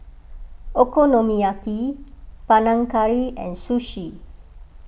Okonomiyaki Panang Curry and Sushi